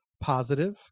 positive